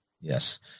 yes